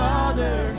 Father